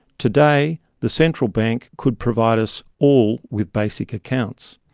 today the central bank could provide us all with basic accounts.